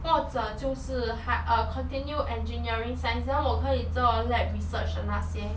或者就是哈:huo jiu shi ha err continue engineering science then 我可以做 lab research 的那些